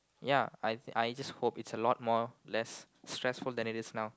ya I I just hope it's a lot more less stressful than it is now